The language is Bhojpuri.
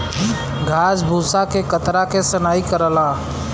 घास भूसा के कतरा के सनाई करला